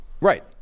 Right